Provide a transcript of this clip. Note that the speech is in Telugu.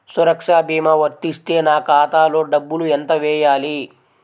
సురక్ష భీమా వర్తిస్తే నా ఖాతాలో డబ్బులు ఎంత వేయాలి?